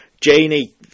Janie